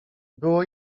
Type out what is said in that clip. było